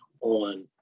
on